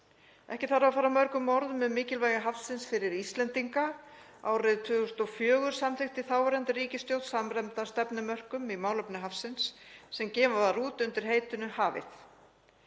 Ekki þarf að fara mörgum orðum um mikilvægi hafsins fyrir Íslendinga. Árið 2004 samþykkti þáverandi ríkisstjórn samræmda stefnumörkun í málefnum hafsins sem gefin var út undir heitinu Hafið.